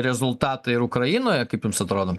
rezultatą ir ukrainoje kaip jums atrodo